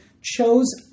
chose